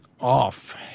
off